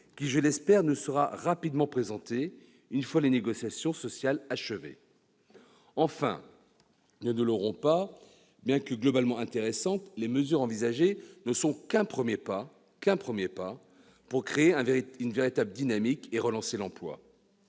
qui, je l'espère, nous sera rapidement présenté, une fois les négociations sociales achevées. Enfin, ne nous leurrons pas, bien que globalement intéressantes, les mesures envisagées ne sont qu'un premier pas pour créer une véritable dynamique et relancer l'emploi.